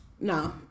no